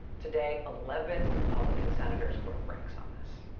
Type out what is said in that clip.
today eleven republican senators broke ranks on this.